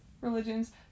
religions